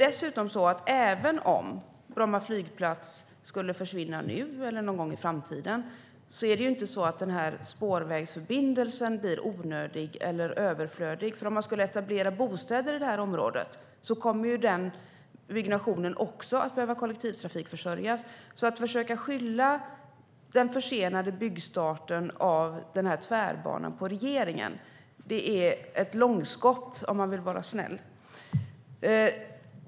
Dessutom blir inte den här spårvägsförbindelsen onödig eller överflödig om Bromma flygplats skulle försvinna nu eller någon gång i framtiden. Om man skulle etablera bostäder i det här området skulle ju den byggnationen också behöva kollektivtrafikförsörjas. Att försöka skylla den försenade byggstarten av den här tvärbanan på regeringen är ett långskott, för att vara snäll.